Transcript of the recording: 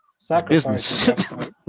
Sacrifice